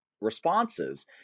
responses